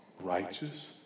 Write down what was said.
righteous